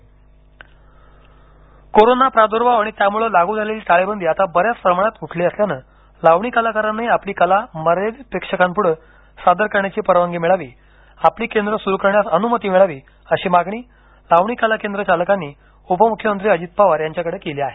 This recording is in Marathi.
लावणी कोरोना प्राद्भाव आणि त्यामुळं लागू झालेली टाळेबंदी आता बऱ्याच प्रमाणात उठली असल्यानं लावणी कलाकारांनाही आपली कला मर्यादित प्रेक्षकांपुढं सादर करण्याची परवानगी मिळावी आपली केंद्र सुरु करण्यास अनुमती मिळावी अशी मागणी लावणी कला केंद्र चालकांनी उपमुख्यमंत्री अजित पवार यांच्याकडे केली आहे